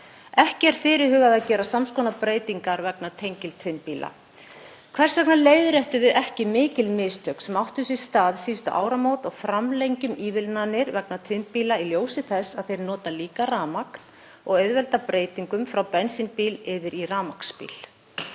Ekki er fyrirhugað að gera sams konar breytingar vegna tengiltvinnbíla. Hvers vegna leiðréttum við ekki mikil mistök sem áttu sér stað um síðustu áramót og framlengjum ívilnanir vegna tvinnbíla í ljósi þess að þeir nota líka rafmagn og auðvelda breytinguna frá bensínbíl yfir í rafmagnsbíl?